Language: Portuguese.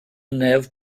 neve